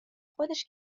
خودش